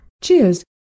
Cheers